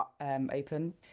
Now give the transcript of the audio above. open